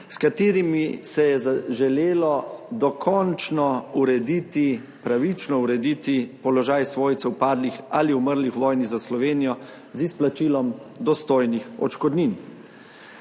s katerimi se je želelo dokončno urediti, pravično urediti položaj svojcev padlih ali umrlih v vojni za Slovenijo z izplačilom dostojnih odškodnin.